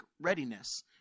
readiness